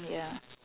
ya